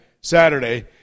Saturday